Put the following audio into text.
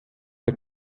der